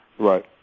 Right